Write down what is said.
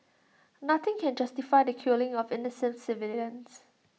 nothing can justify the killing of innocent civilians